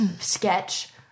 sketch